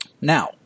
Now